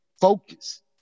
focus